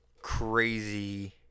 crazy